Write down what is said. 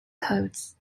codes